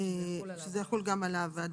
זה לא חייב להיות איש מקצוע.